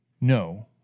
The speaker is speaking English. No